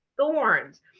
thorns